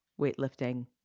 weightlifting